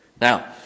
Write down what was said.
Now